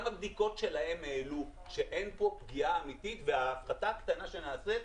הבדיקות שלהם העלו שאין כאן פגיעה אמיתית וההפחתה הקטנה שנעשית,